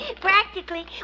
Practically